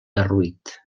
derruït